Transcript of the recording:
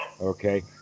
okay